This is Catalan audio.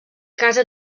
casa